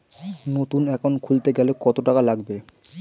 নতুন একাউন্ট খুলতে গেলে কত টাকা লাগবে?